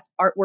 artwork